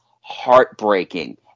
heartbreaking